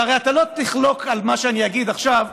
והרי אתה לא תחלוק על מה שאני אגיד עכשיו,